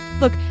look